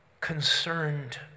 concerned